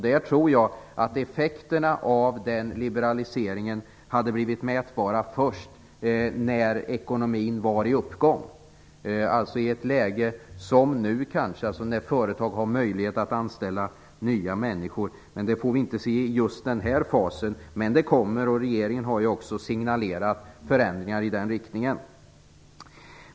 Jag tror att effekterna av den liberaliseringen hade blivit mätbara först när ekonomin var i uppgång - alltså i ett läge som nu när företag har möjlighet att anställa nya människor. Det får vi dock inte se i just den här fasen, men det kommer. Regeringen har ju signalerat förändringar i den riktningen.